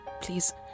please